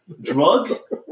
drugs